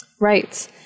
Right